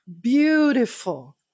beautiful